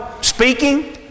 speaking